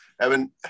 evan